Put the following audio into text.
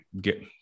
get